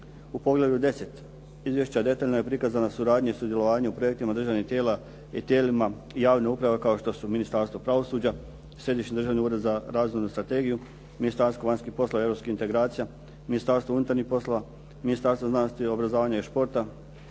U poglavlju 10 izvješća detaljno je prikazana suradnja i sudjelovanja u projektima državnih tijela i tijelima javne uprave kao što su Ministarstvo pravosuđa, Središnji državni ured za razvojnu strategiju, Ministarstvo vanjskih poslova i europskih integracija, Ministarstvo unutarnjih poslova, Ministarstvo znanosti, obrazovanja i športa,